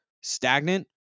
stagnant